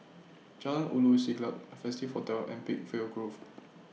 Jalan Ulu Siglap Festive Hotel and Peakville Grove